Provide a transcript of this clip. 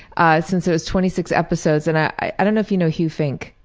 ah since it was twenty six episodes, and i don't know if you know hugh fink?